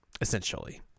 Essentially